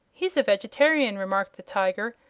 he's a vegetarian, remarked the tiger,